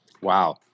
wow